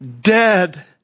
dead